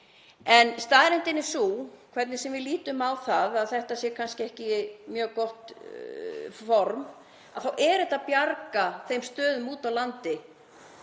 en staðreyndin er sú, hvernig sem við lítum á það, að þetta sé kannski ekki mjög gott form, að þetta er að bjarga þessum stöðum úti á landi